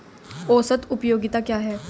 औसत उपयोगिता क्या है?